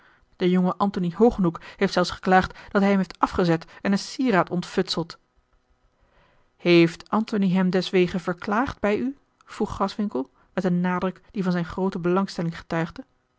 de jonge antony hogenhoeck heeft zelfs geklaagd dat hij hem heeft afgezet en een sieraad ontfutseld heeft antony hem deswege verklaagd bij u vroeg graswinckel met een nadruk die van zijne belangstelling getuigde